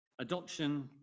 Adoption